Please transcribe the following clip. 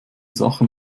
sachen